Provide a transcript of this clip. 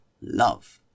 love